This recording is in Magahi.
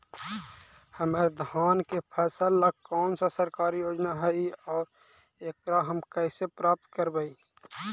हमर धान के फ़सल ला कौन सा सरकारी योजना हई और एकरा हम कैसे प्राप्त करबई?